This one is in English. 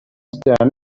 understand